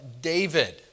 David